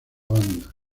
banda